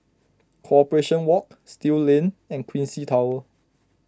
Corporation Walk Still Lane and Quincy Tower